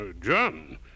John